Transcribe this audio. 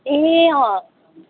ए